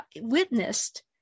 witnessed